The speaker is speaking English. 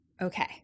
Okay